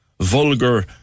vulgar